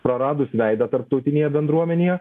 praradus veidą tarptautinėje bendruomenėje